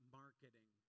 marketing